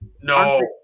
No